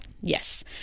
Yes